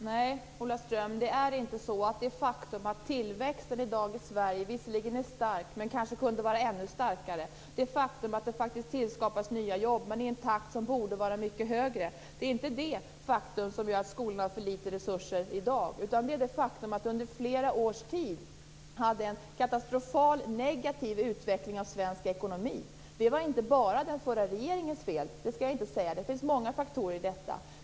Herr talman! Nej, Ola Ström, det som gör att skolan har för litet resurser är inte det faktum att tillväxten i dag i Sverige visserligen är stark men kanske kunde vara ännu starkare eller det faktum att det faktiskt skapas nya jobb men i en takt som borde vara mycket högre. Nej, det beror på att vi under flera års tid hade en katastrofal negativ utveckling av svensk ekonomi. Det var inte bara den förra regeringens fel - det skall jag inte säga; det fanns många faktorer i detta.